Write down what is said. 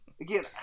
Again